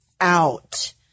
out